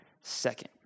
second